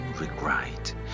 regret